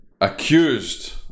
accused